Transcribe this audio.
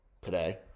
today